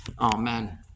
Amen